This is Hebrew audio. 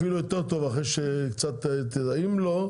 אם לא,